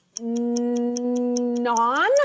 non